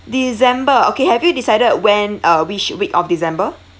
december okay have you decided when uh which week of december